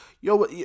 Yo